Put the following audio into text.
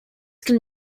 can